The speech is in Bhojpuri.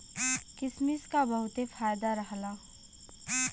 किसमिस क बहुते फायदा रहला